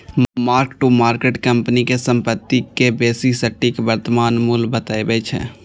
mark to market company के संपत्ति के बेसी सटीक वर्तमान मूल्य बतबै छै